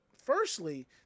Firstly